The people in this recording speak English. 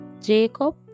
Jacob